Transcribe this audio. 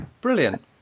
Brilliant